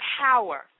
power